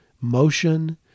motion